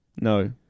No